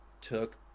took